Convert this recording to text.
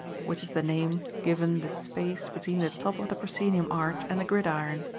which is the name given the space between the top of the proscenium arch and the gridiron.